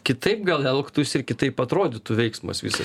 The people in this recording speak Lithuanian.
kitaip gal elgtųsi ir kitaip atrodytų veiksmas visas